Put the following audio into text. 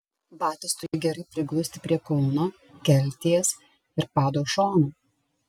batas turi gerai priglusti prie kulno kelties ir pado šonų